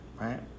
right